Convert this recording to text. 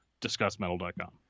DiscussMetal.com